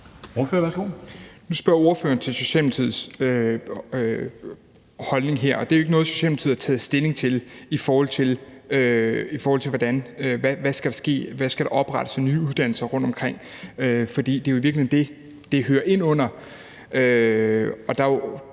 Nu spørger ordføreren til Socialdemokratiets holdning til det her, og det er jo ikke noget, Socialdemokratiet har taget stilling til, i forhold til hvad der skal ske, hvad der skal oprettes af nye uddannelser rundtomkring, for det er jo i virkeligheden det, det hører inde under. Der er jo